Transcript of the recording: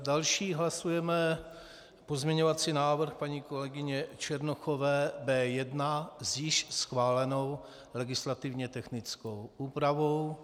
Další hlasujeme pozměňovací návrh paní kolegyně Černochové B1 s již schválenou legislativně technickou úpravou.